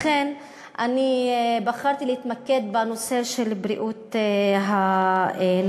לכן אני בחרתי להתמקד בנושא של בריאות הנפש.